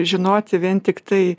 žinoti vien tiktai